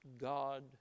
God